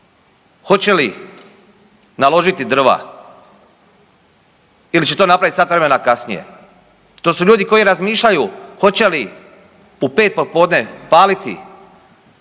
hoće li naložiti drva ili će to napraviti sat vremena kasnije. To su ljudi koji razmišljaju hoće li u pet popodne paliti